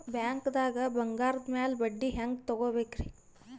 ಬ್ಯಾಂಕ್ದಾಗ ಬಂಗಾರದ್ ಮ್ಯಾಲ್ ಬಡ್ಡಿ ಹೆಂಗ್ ತಗೋಬೇಕ್ರಿ?